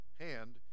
hand